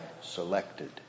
selected